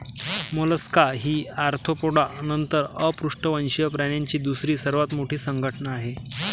Mollusca ही Arthropoda नंतर अपृष्ठवंशीय प्राण्यांची दुसरी सर्वात मोठी संघटना आहे